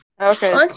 Okay